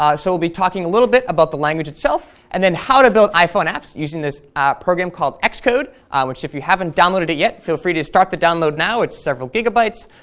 um so we'll be talking a little bit about the language itself and then how to build iphone apps using this app program called xcode, which if you haven't downloaded it yet feel free to start the download now. it's several gigabytes.